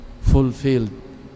fulfilled